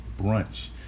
Brunch